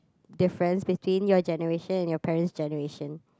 difference between your generation and your parents generation